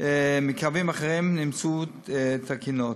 מקווים אחרים נמצאו תקינות.